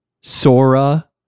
Sora